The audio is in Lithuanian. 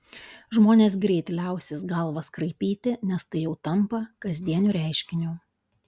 žmonės greit liausis galvas kraipyti nes tai jau tampa kasdieniu reiškiniu